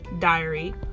Diary